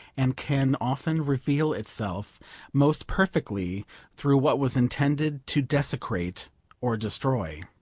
and can often reveal itself most perfectly through what was intended to desecrate or destroy.